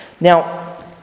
Now